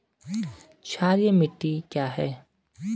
क्षारीय मिट्टी क्या है?